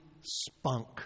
spunk